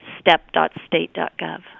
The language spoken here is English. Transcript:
step.state.gov